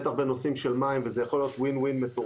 בטח בנושאים של מים וזה יכול להיות דבר מנצח.